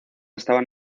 estaban